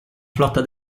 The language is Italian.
flotta